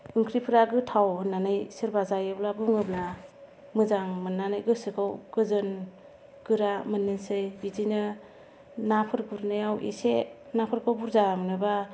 ओंख्रिफोरा गोथाव होन्नानै सोरबा जायोबा बुङोब्ला मोजां मोन्नानै गोसोखौ गोजोन गोरा मोन्नोसै बिदिनो नाफोर गुरनायाव इसे नाफोरखौ बुरजा मोनोबा